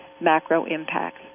macro-impacts